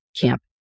Camp